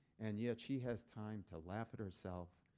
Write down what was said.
and yet she has time to laugh at herself.